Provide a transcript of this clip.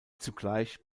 zugleich